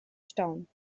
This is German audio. stauen